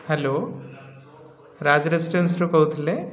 hello Raj restaurant କହୁଥିଲେ